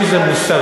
אם זה מוסרי